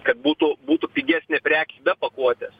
kad būtų būtų pigesnė prekė be pakuotės